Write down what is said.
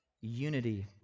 unity